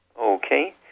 Okay